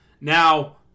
Now